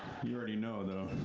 you already know